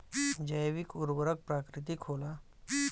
जैविक उर्वरक प्राकृतिक होला